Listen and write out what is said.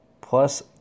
Plus